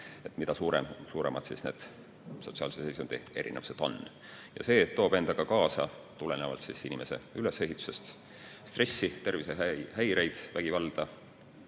mida suuremad need sotsiaalse seisundi erinevused on. See toob endaga kaasa tulenevalt inimese ülesehitusest stressi, tervisehäireid, vägivalda,